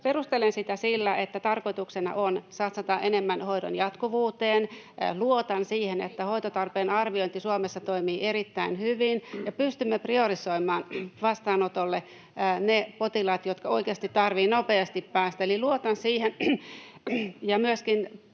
Perustelen sitä sillä, että tarkoituksena on satsata enemmän hoidon jatkuvuuteen. Luotan siihen, että hoitotarpeen arviointi Suomessa toimii erittäin hyvin ja pystymme priorisoimaan vastaanotolle ne potilaat, joiden oikeasti tarvitsee nopeasti päästä. Eli luotan siihen